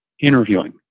interviewing